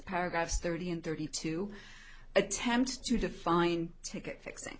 paragraphs thirty and thirty two attempts to define ticket fixing